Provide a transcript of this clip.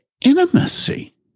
intimacy